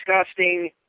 disgusting